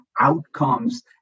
outcomes